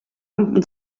amb